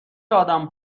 آدم